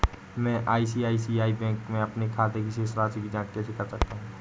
मैं ICICI bank के अपने खाते की शेष राशि की जाँच कैसे कर सकता हूँ?